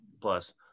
Plus